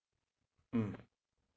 mm